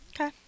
Okay